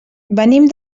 venim